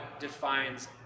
defines